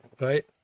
right